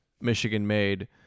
Michigan-made